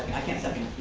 i can't second.